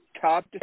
top